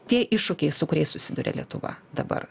tie iššūkiai su kuriais susiduria lietuva dabar